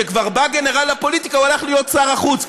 כשכבר בא גנרל לפוליטיקה, הוא הלך להיות שר החוץ.